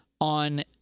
on